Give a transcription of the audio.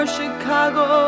Chicago